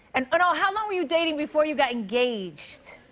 and no, how long were you dating before you got engaged?